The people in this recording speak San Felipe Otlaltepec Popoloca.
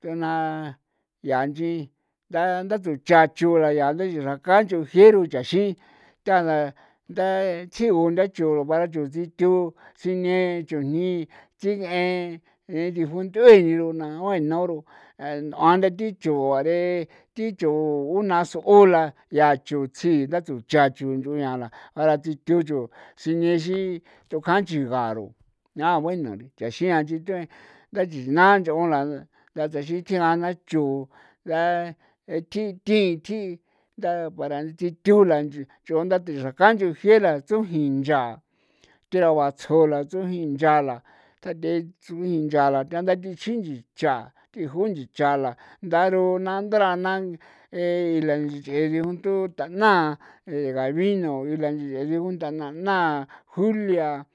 tuna yaa nchi nda ndatsu chachu la ya nda xraka nchujie ru chaxi tantha nda tjigu ndachuru baru chu sitiu sine chujni tsin'en e difunth'ue diruna guen noru n'ona thi chu a re ti chu una s'ola yaa chutsi ndatsu chachu nch'u ya la para tsi thucho para sinexi tukan nchi garo' ah bueno ndaxian nchi ts'ue ndachina nch'ola ndataxin thjiga na chu e thji thi thji nda para thi thiu la nchi ch'onda thi xraka nchujie la tsujin ncha thera batsjo la tsujin ncha la nda the tsujin ncha la tanda thichjini ncha thijo nchi cha la ndaru na ndara na e ila nch'e dijunto ta'na gabino y la dijunta nana julia.